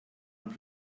and